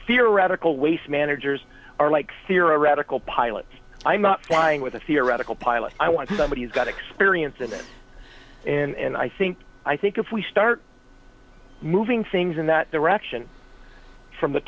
theoretical waste managers are like theoretical pilot i'm not flying with a theoretical pilot i want somebody who's got experience in it and i think i think if we start moving things in that direction from the